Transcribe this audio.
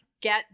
get